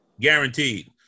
Guaranteed